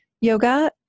yoga